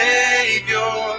Savior